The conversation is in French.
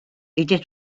était